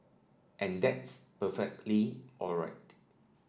and that's perfectly all right